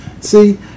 see